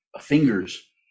fingers